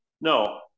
No